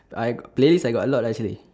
I play list I got a lot actually